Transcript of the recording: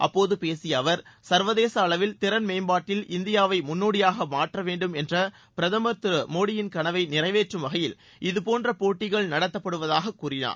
அப்போது பேசிய அவர் சர்வதேச அளவில் திறன் மேம்பாட்டில் இந்தியாவை முன்னோடியாக மாற்ற வேண்டும் என்ற பிரதமர் திரு மோடியின் கனவை நிறைவேற்றும் வகையில் இதபோன்ற போட்டிகள் நடத்தப்படுவதாக கூறினார்